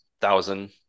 thousand